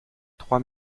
trois